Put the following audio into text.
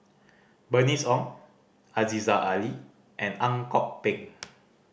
Bernice Ong Aziza Ali and Ang Kok Peng